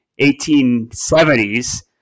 1870s